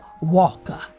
Walker